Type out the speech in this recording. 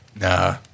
Nah